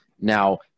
Now